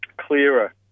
clearer